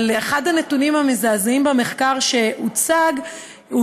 אחד הנתונים המזעזעים במחקר שהוצג הוא